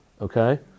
Okay